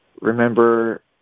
remember